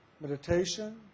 meditation